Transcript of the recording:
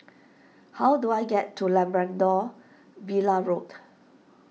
how do I get to Labrador Villa Road